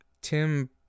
Tim